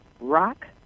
rock